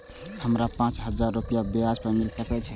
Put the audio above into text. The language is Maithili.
हमरा पाँच हजार रुपया ब्याज पर मिल सके छे?